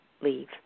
leave